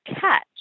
catch